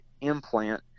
implant